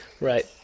Right